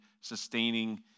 sustaining